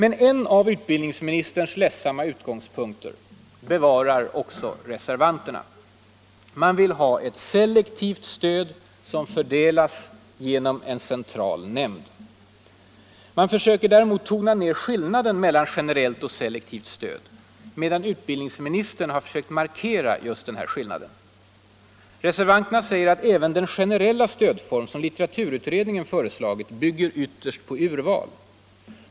En av utbildningsministerns ledsamma utgångspunkter bevarar emellertid också reservanterna: man vill ha ett selektivt stöd som fördelas genom en central nämnd. Man försöker däremot tona ner skillnaden mellan generellt och selektivt stöd medan utbildningsministern sökt markera just denna skillnad. Reservanterna säger: ”Även den generella stödform som litteraturutredningen föreslagit bygger ytterst på urval.